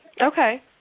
Okay